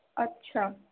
اچھا